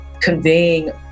conveying